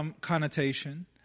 connotation